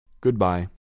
Goodbye